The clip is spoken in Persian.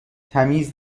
تمیز